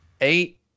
eight